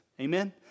Amen